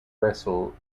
wrestle